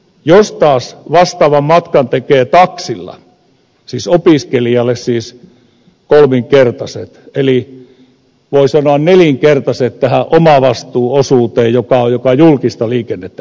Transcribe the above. jos taas verotuksessa ovat verrattuna opiskelijaan joka julkista liikennettä käyttää reilusti kolminkertaiset eli voisi sanoa nelinkertaiset tähän omavastuuosuuteen